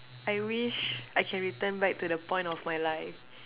I wish I can return back to the point of my life